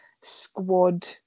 squad